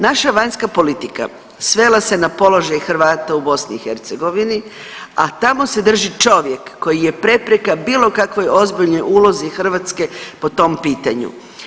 Naša vanjska politika svela se na položaj Hrvata u BiH, a tamo se drži čovjek koji je prepreka bilo kakvoj ozbiljnoj ulozi Hrvatske po tom pitanju.